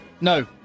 No